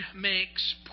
makes